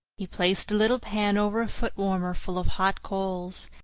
he placed a little pan over a foot warmer full of hot coals.